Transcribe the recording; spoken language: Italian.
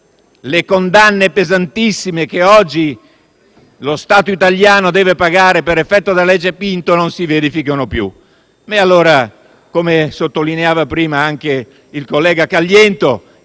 le condanne pesantissime che oggi lo Stato italiano deve pagare per effetto della legge Pinto non si verifichino più.